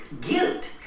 Guilt